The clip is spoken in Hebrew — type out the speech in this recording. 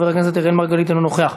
חבר הכנסת אראל מרגלית, אינו נוכח.